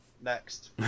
Next